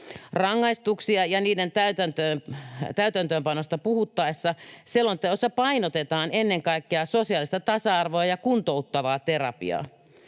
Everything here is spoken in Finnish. Rangaistuksista ja niiden täytäntöönpanosta puhuttaessa selonteossa painotetaan ennen kaikkea sosiaalista tasa-arvoa ja kuntouttavaa terapiaa.